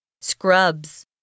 Scrubs